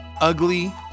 ugly